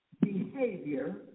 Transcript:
behavior